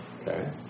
Okay